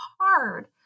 hard